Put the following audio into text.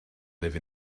live